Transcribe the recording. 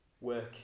work